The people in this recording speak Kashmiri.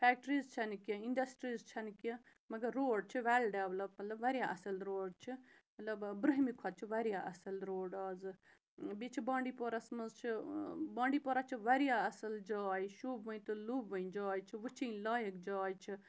فٮ۪کٹرٛیٖز چھَنہٕ کیٚنٛہہ اِنٛڈَسٹرٛیٖز چھَنہٕ کیٚنٛہہ مگر روڈ چھِ وٮ۪ل ڈٮ۪ولَپ مطلب واریاہ اَصٕل روڈ چھِ مطلب برٛونٛہمہِ کھۄت چھِ واریاہ اَصٕل روڈ آزٕ بیٚیہِ چھِ بانٛڈہ پورہَس منٛز چھِ بانٛڈی پورہ چھِ واریاہ اَصٕل جاے شوٗبوٕنۍ تہٕ لوٗبوٕنۍ جاے چھِ وٕچھِنۍ لایَق جاے چھِ